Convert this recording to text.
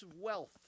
wealth